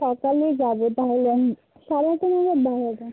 সকালে যাব তাহলে আমি সাড়ে আটটা নাগাদ বার হব